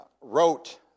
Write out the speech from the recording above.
wrote